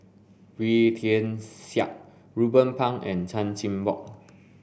Wee Tian Siak Ruben Pang and Chan Chin Bock